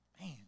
Man